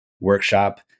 workshop